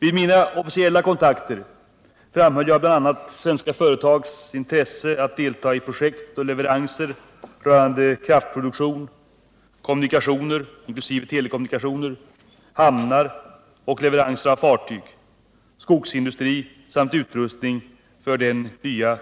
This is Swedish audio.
Vid mina officiella kontakter framhöll jag bl.a. svenska företags intresse av att delta i projekt och leveranser rörande kraftproduktion, kommunikationer, inkl. telekommunikationer, och hamnar samt leveranser av fartyg, skogsprodukter samt utrustning med avseende på flygtrafikledning för den nya